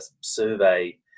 survey